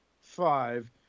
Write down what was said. Five